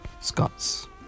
Scots